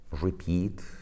repeat